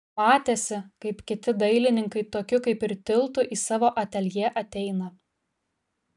matėsi kaip kiti dailininkai tokiu kaip ir tiltu į savo ateljė eina